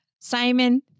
Simon